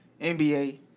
NBA